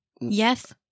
Yes